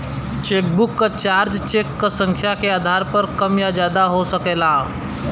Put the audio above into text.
chequebook क charge cheque क संख्या के आधार पर कम या ज्यादा हो सकला